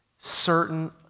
certain